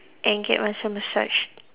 and get myself massaged